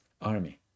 army